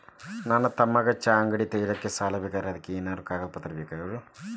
ನನ್ನ ತಮ್ಮಗ ಚಹಾ ಅಂಗಡಿ ತಗಿಲಿಕ್ಕೆ ಸಾಲ ಬೇಕಾಗೆದ್ರಿ ಅದಕ ಏನೇನು ಕಾಗದ ಪತ್ರ ಬೇಕಾಗ್ತವು?